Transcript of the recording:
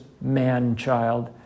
man-child